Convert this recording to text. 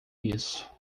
isso